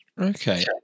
Okay